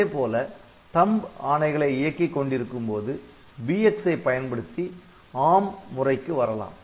அதேபோல THUMB ஆணைகளை இயக்கிக் கொண்டிருக்கும் போது BX ஐ பயன்படுத்தி ARM முறைக்கு வரலாம்